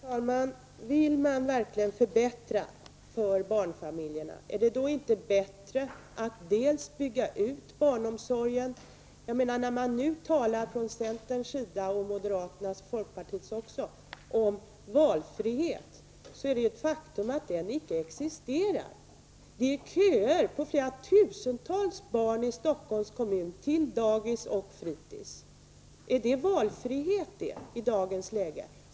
Herr talman! Om man verkligen vill förbättra för barnfamiljerna, är det då inte bättre att bygga ut barnomsorgen? Nu talar man från centerns, moderaternas och folkpartiets sida om valfrihet, men faktum är att den inte existerar. Det är i Stockholm köer på flera tusental barn till dagis och fritids. Är det valfrihet i dagens läge?